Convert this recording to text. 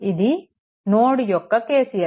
ఇది నోడ్ యొక్క KCL